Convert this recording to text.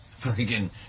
Freaking